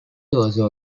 also